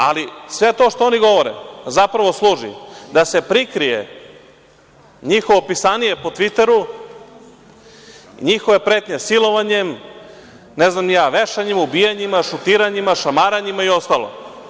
Ali, sve to što oni govore zapravo služi da se prikrije njihovo pisanije po Tviteru, njihove pretnje silovanjem, ne znam ni ja, vešanjem, ubijanjima, šutiranjima, šamaranjima, i ostalo.